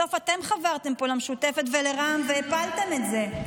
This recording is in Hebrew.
בסוף אתם חברתם פה למשותפת ולרע"מ והפלתם את זה.